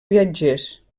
viatgers